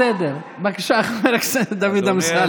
אומר: אל תהרסו בתי מחבלים,